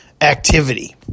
activity